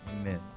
amen